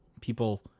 people